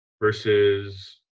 Versus